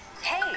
hey